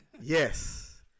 Yes